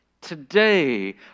Today